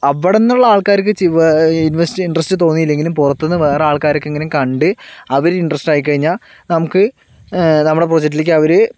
അവടെന്നുള്ള ആള്ക്കാര്ക്ക് ചി വെ ഇൻവെസ്റ്റ് ഇന്ട്രെസ്റ്റ് തോന്നിയില്ലെങ്കിലും പുറത്തുനിന്ന് വേറെ ആൾക്കാർക്കെങ്കിലും കണ്ട് അവര് ഇൻ്ററെസ്റ്റ് ആയി കഴിഞ്ഞാൽ നമ്മടെ പ്രോജെക്ടിലേയ്ക്ക് അവര്